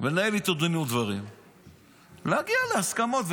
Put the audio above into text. ולנהל איתו דין ודברים ולהגיע להסכמות.